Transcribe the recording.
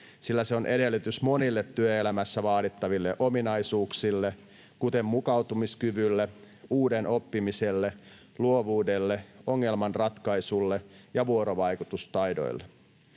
sillä se on edellytys monille työelämässä vaadittaville ominaisuuksille, kuten mukautumiskyvylle, uuden oppimiselle, luovuudelle, ongelmanratkaisulle ja vuorovaikutustaidoille.